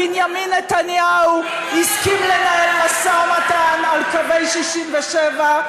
גם כשבנימין נתניהו הסכים לנהל משא ומתן על קווי 67',